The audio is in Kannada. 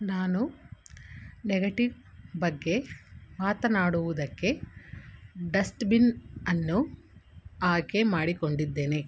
ನಾನು ನೆಗೆಟಿವ್ ಬಗ್ಗೆ ಮಾತನಾಡುವುದಕ್ಕೆ ಡಸ್ಟ್ಬಿನ್ ಅನ್ನು ಆಯ್ಕೆ ಮಾಡಿಕೊಂಡಿದ್ದೇನೆ